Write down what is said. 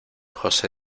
josé